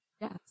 Yes